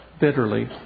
bitterly